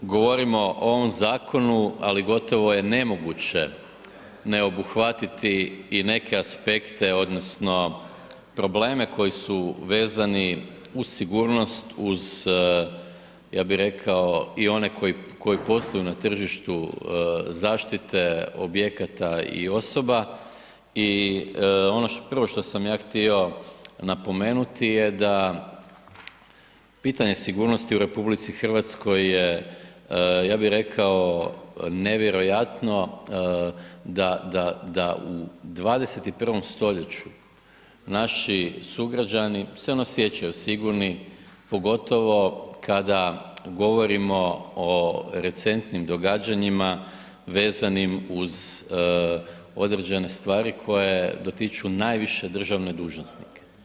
Govorimo o ovom zakonu, ali gotovo je nemoguće obuhvatiti i neke aspekte odnosno probleme koji su vezani uz sigurnost, uz, ja bih rekao i one koji posluju na tržištu zaštite objekata i osoba i ono prvo što sam ja htio napomenuti je da pitanje sigurnosti u RH je, ja bih rekao nevjerojatno da u 21. stoljeću naši sugrađani se ne osjećaju sigurni, pogotovo kada govorimo o recentnim događanjima vezanim uz određene stvari koje dotiču najviše državne dužnosnike.